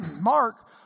Mark